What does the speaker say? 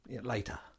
Later